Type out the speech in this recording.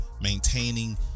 Maintaining